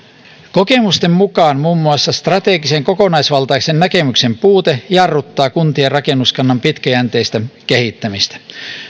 kokemusten mukaan muun muassa strategisen kokonaisvaltaisen näkemyksen puute jarruttaa kuntien rakennuskannan pitkäjänteistä kehittämistä